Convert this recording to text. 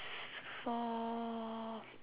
for